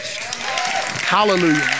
Hallelujah